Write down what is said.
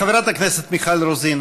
חברת הכנסת מיכל רוזין,